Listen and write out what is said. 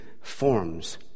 forms